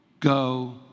Go